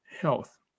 health